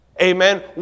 amen